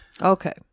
Okay